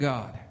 God